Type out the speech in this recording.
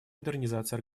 модернизации